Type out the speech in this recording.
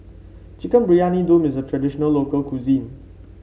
Chicken Briyani Dum is a traditional local cuisine